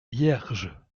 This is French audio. hierges